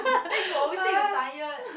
then you always say you tired